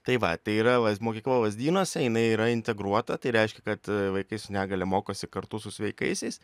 tai va tai yra va mokykla lazdynuose jinai yra integruota tai reiškia kad vaikai su negalia mokosi kartu su sveikaisiais